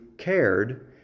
cared